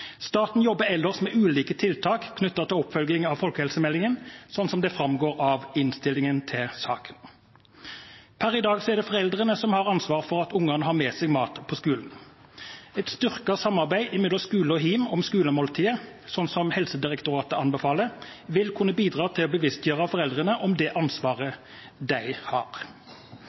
Staten jobber ellers med ulike tiltak knyttet til oppfølging av folkehelsemeldingen, slik det framgår av innstillingen til saken. Per i dag er det foreldrene som har ansvaret for at ungene har med seg mat på skolen. Et styrket samarbeid mellom skole og hjem om skolemåltidet, slik som Helsedirektoratet anbefaler, vil kunne bidra til å bevisstgjøre foreldrene om det ansvaret